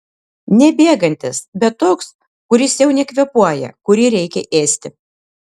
ne bėgantis bet toks kuris jau nekvėpuoja kurį reikia ėsti